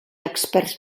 experts